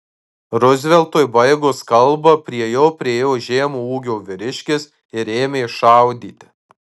ruzveltui baigus kalbą prie jo priėjo žemo ūgio vyriškis ir ėmė šaudyti